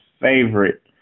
favorite